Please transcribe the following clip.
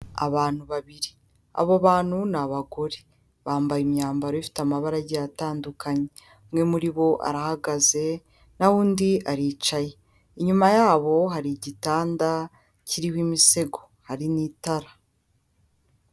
Abantu babiri, abo bantu ni abagore, bambaye imyambaro ifite amabara agiye atandukanye, umwe muri bo arahagaze, nahondi aricaye, inyuma yabo hari igitanda kirimo imisego, hari n'itara.